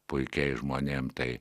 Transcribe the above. puikiais žmonėm tai